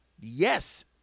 Yes